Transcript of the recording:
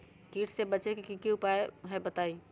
कीट से बचे के की उपाय हैं बताई?